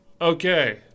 Okay